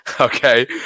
Okay